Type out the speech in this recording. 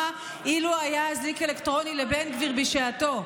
אילו היה אזיק אלקטרוני לבן גביר בשעתו,